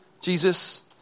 Jesus